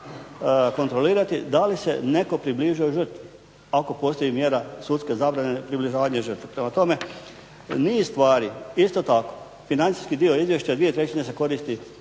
kontrolirati da li se netko približio žrtvi ako postoji mjera sudske zabrane približavanja žrtvi. Prema tome, niz stvari. Isto tako financijski dio izvješća dvije trećine